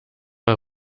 mal